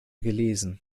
gelesen